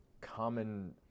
common